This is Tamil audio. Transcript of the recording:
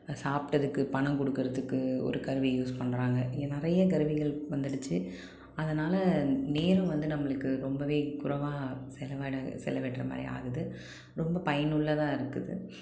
சாப்பிட்டதுக்கு பணம் கொடுக்குறதுக்கு ஒரு கருவி யூஸ் பண்ணுறாங்க இங்கே நிறைய கருவிகள் வந்துடுச்சு அதனால் நேரம் வந்து நம்மளுக்கு ரொம்பவே குறைவா செலவாக செலவிடுற மாதிரி ஆகுது ரொம்ப பயனுள்ளதாக இருக்குது